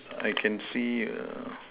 I can see err